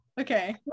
Okay